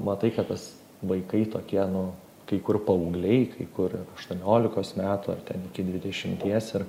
matai kad tas vaikai tokie nu kai kur paaugliai kai kur aštuoniolikos metų ar ten iki dvidešimties ir